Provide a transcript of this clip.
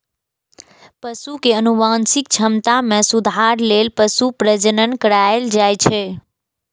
पशु के आनुवंशिक क्षमता मे सुधार लेल पशु प्रजनन कराएल जाइ छै